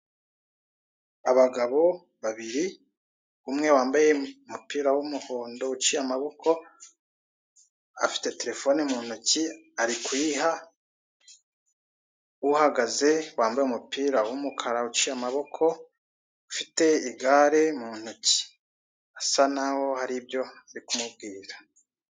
Abagabo babiri, umwe wambaye umupira w'umuhondo uciye amaboko, afite Telefone mu ntoki ari kuyiha, uhagaze wambaye umupira w'umukara uciye amaboko ufite igare mu ntoki asa n'aho hari ibyo ari kumubwira.